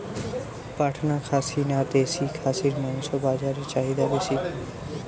পাটনা খাসি না দেশী খাসির মাংস বাজারে চাহিদা বেশি?